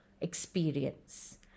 experience